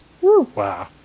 Wow